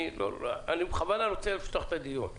אני בכוונה רוצה לפתוח את הדיון.